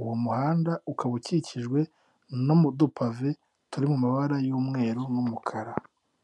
Uwo muhanda ukaba ukikijwe no mu dupave turi mu mabara y'umweru n'umukara.